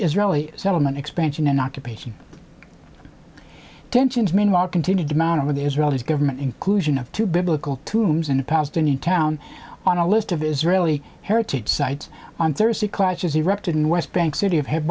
israeli settlement expansion and occupation tensions meanwhile continued to mount over the israeli government inclusion of two biblical tombs in the palestinian town on a list of israeli heritage sites on thursday clashes erupted in the west bank city of he